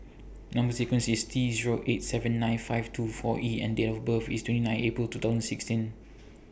Number sequence IS T Zero eight seven nine five two four E and Date of birth IS twenty nine April two thousand sixteen